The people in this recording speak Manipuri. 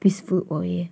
ꯄꯤꯁꯐꯨꯜ ꯑꯣꯏꯌꯦ